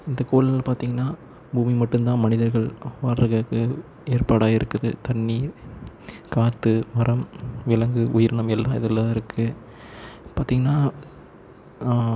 இந்த கோள்னு பார்த்திங்கனா பூமி மட்டுந்தான் மனிதர்கள் வர்றதுக்கு ஏற்பாடாக இருக்குது தண்ணீர் காற்று மரம் விலங்கு உயிரினம் எல்லாம் இதில்தான் இருக்குது பார்த்திங்கனா